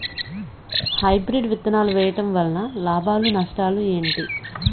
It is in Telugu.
హైబ్రిడ్ విత్తనాలు వేయటం వలన లాభాలు నష్టాలు ఏంటి?